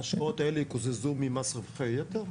ההשקעות האלה יקוזזו ממס רווחי יתר?